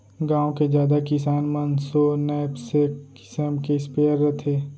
गॉँव के जादा किसान मन सो नैपसेक किसम के स्पेयर रथे